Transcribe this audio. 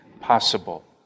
possible